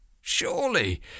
Surely